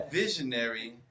visionary